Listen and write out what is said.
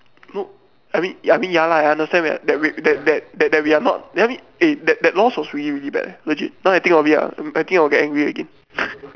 no I mean I mean ya lah I understand that that that that that we are not tell me eh that that lost was really really bad legit now I think of it ah I think I'll get angry again